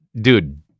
Dude